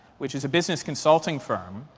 which is a business consulting firm,